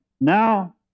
Now